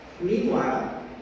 Meanwhile